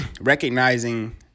recognizing